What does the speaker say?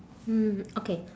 hmm okay